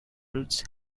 routes